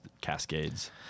cascades